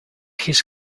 his